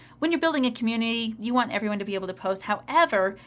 when you're building a community, you want everyone to be able to post. however,